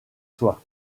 soi